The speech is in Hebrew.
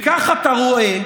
וכך, אתה רואה